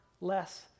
less